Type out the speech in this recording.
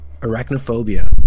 Arachnophobia